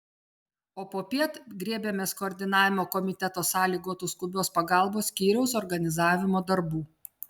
o popiet griebėmės koordinavimo komiteto sąlygotų skubios pagalbos skyriaus organizavimo darbų